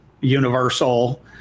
universal